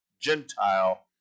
Gentile